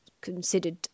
considered